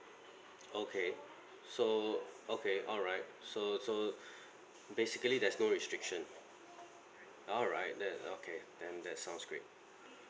okay so okay alright so so basically there's no restriction alright then okay then that sounds great